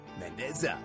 Mendez